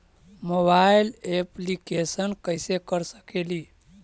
Mobile application कैसे कर सकेली?